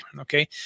Okay